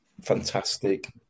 fantastic